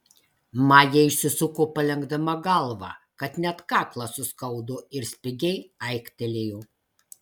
maja išsisuko palenkdama galvą kad net kaklą suskaudo ir spigiai aiktelėjo